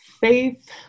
Faith